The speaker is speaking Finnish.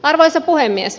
arvoisa puhemies